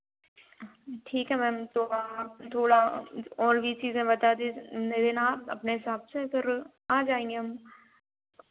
ठीक है मैम तो आप थोड़ा और भी चीज़ें बता दीजिए लेना अपने हिसाब से अगर आ जाएँगे हम